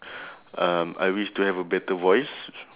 um I wish to have a better voice